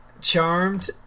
Charmed